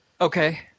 okay